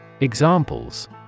Examples